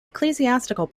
ecclesiastical